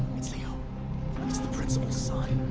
it's leo. it's the principal's son.